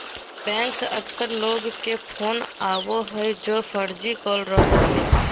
bank से अक्सर लोग के फोन आवो हइ जे फर्जी कॉल रहो हइ